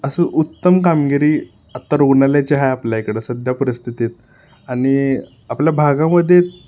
असं उत्तम कामगिरी आत्ता रुग्णालय जे आहे आपल्या इकडं सध्या परिस्थितीत आणि आपल्या भागामध्ये